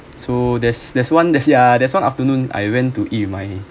so there's there's one there's yeah there's one afternoon I went to eat with my